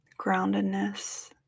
groundedness